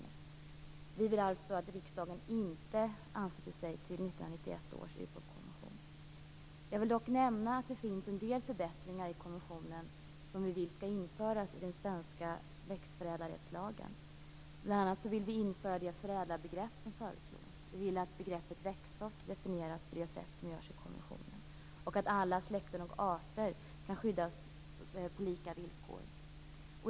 Vi i Miljöpartiet vill alltså inte att Sverige skall ansluta sig till 1991 års UPOV Jag vill dock nämna att konventionen innehåller en del förbättringar som vi vill skall införas i den svenska växtförädlarrättslagen. Vi vill bl.a. införa det förädlarbegrepp som förslås, att begreppet växtsort definieras på det sätt som görs i konventionen och att alla släkter och arter skall skyddas på lika villkor.